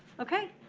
okay,